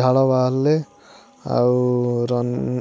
ଝାଳ ବାହାରିଲେ ଆଉ ରନ୍